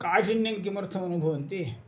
काठिन्यं किमर्थमनुभवन्ति